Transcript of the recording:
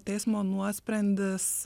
teismo nuosprendis